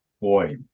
boy